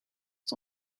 het